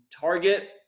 target